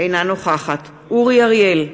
אינה נוכחת אורי אריאל,